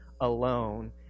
alone